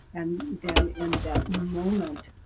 and then in that moment,